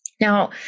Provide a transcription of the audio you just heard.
Now